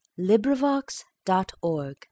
LibriVox.org